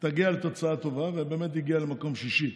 תגיע לתוצאה טובה, ובאמת היא הגיעה למקום שישי.